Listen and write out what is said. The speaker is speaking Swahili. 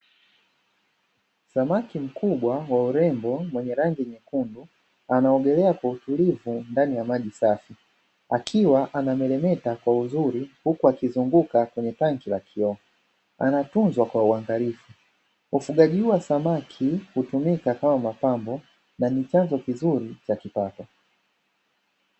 Samaki mkubwa wa urembo mwenye rangi nyekundu, anaogelea kwa utulivu ndani ya maji safi akiwa anameremeta kwa uzuri huku akizunguka kwenye tangi la kioo. Anatunzwa kwa uangalifu, fugaji huu wa samaki hutumika kama mapambo na ni chanzo kizuri cha kipato.